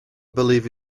believe